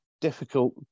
difficult